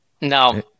no